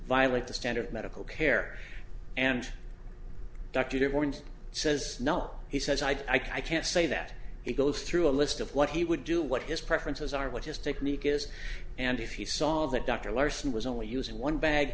violate the standard medical care and dr horn says no he says i can't say that he goes through a list of what he would do what his preferences are what his technique is and if he saw that doctor larson was only using one bag